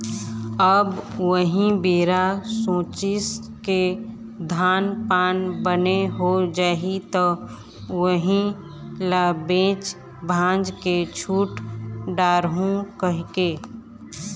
अब उही बेरा सोचिस के धान पान बने हो जाही त उही ल बेच भांज के छुट डारहूँ कहिके